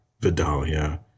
Vidalia